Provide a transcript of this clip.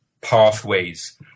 pathways